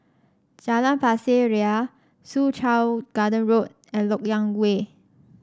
Jalan Pasir Ria Soo Chow Garden Road and LoK Yang Way